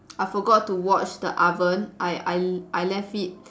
I forgot to watch the oven I I I left it